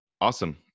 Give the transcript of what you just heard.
awesome